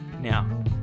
Now